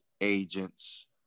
agents